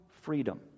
freedom